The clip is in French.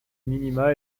minima